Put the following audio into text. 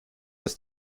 als